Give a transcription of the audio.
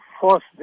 force